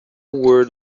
word